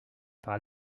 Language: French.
par